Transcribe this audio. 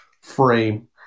frame